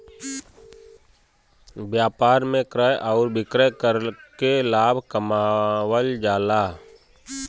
व्यापार में क्रय आउर विक्रय करके लाभ कमावल जाला